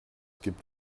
gibt